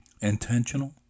intentional